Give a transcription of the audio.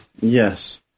yes